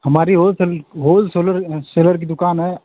हमारी wholesale wholesaler seller की दुकान है